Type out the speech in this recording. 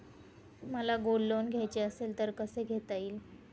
मला gold loan घ्यायचे असेल तर कसे घेता येईल?